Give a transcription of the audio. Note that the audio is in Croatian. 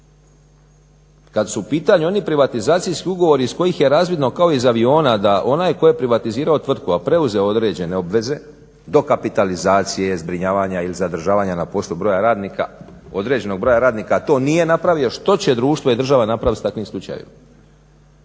kad su u pitanju oni privatizacijski ugovori iz kojih je razvidno kao iz aviona da onaj tko je privatizirao tvrtku, a preuzeo određene obveze dokapitalizacije, zbrinjavanja ili zadržavanja na poslu broja radnika određenog broja radnika to nije napravio što će društvo i država napraviti s takvim slučajevima?